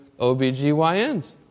OBGYNs